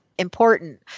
important